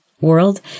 world